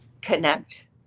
connect